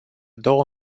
două